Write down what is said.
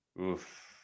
Oof